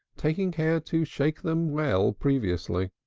taking care to shake them well previously.